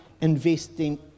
investing